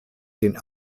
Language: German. den